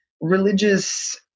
religious